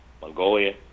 Mongolia